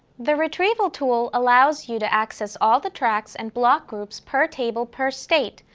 the retrieval tool allows you to access all the tracts and block groups per table per state,